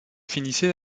finissait